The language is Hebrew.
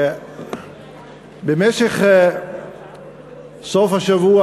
במשך סוף השבוע,